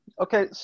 Okay